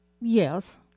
Yes